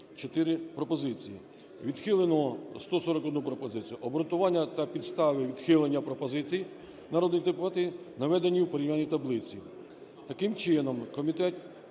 94 пропозиції, відхилено 141 пропозицію. Обґрунтування та підстави відхилення пропозицій народних депутатів наведені у порівняльній таблиці. Таким чином, комітет